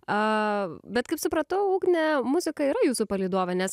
a bet kaip supratau ugne muzika yra jūsų palydovė nes